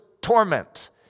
torment